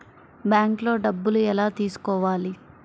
బ్యాంక్లో డబ్బులు ఎలా తీసుకోవాలి?